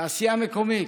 תעשייה מקומית,